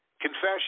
Confession